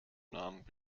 namen